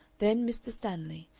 then mr. stanley,